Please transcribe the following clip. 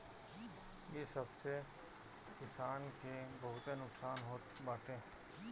इ सब से किसान के बहुते नुकसान होत बाटे